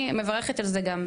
אני מברכת על זה גם.